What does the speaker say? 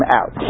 out